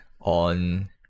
on